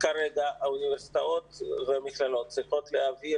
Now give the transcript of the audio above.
כרגע האוניברסיטאות והמכללות צריכות להעביר